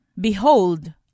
Behold